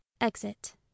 Exit